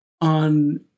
on